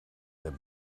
their